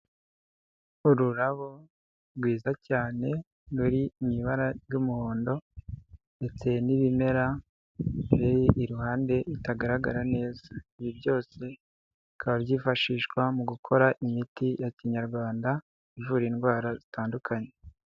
Ururabo rwiza cyane ruri mu ibara ry'umuhondo ndetse n'ibimera biri iruhande itagaragara neza. Ibi byose bikaba byifashishwa mu gukora imiti ya kinyarwanda ivura indwara zitandukanye.